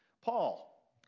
Paul